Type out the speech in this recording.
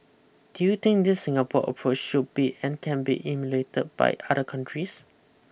do you think this Singapore approach should be and can be emulated by other countries